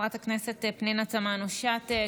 חברת הכנסת פנינה תמנו שטה,